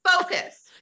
focus